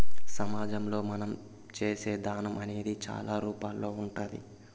సమాజంలో మనం చేసే దానం అనేది చాలా రూపాల్లో ఉంటాది